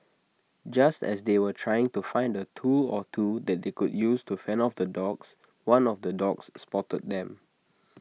just as they were trying to find A tool or two that they could use to fend off the dogs one of the dogs spotted them